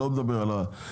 אני לא מדבר על אחר.